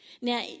Now